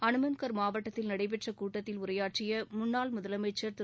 அனுமன்கா் மாவட்டத்தில் நடைபெற்ற கூட்டத்தில் உரையாற்றிய அவா் முன்னாள் முதலமைச்சா் திரு